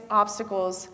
obstacles